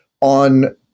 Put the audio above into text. on